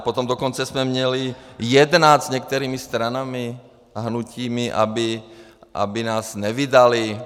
Potom dokonce jsme měli jednat s některými stranami a hnutími, aby nás nevydaly.